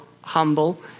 humble